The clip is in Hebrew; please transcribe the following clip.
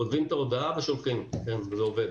כותבים את ההודעה ושולחים, וזה עובד.